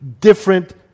different